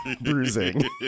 bruising